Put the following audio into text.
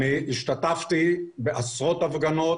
השתתפתי בעשרות הפגנות.